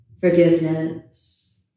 forgiveness